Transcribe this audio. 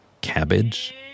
cabbage